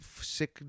sick